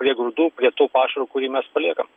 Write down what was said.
prie grūdų prie to pašaro kurį mes paliekam